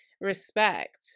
respect